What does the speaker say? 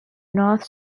north